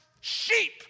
sheep